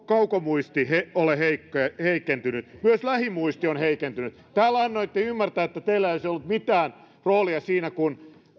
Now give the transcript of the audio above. kaukomuisti ole heikentynyt myös lähimuisti on heikentynyt täällä annoitte ymmärtää että teillä ei olisi ollut mitään roolia siinä kun